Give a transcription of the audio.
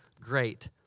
great